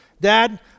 Dad